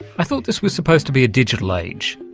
i thought this was supposed to be a digital age.